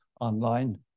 online